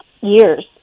years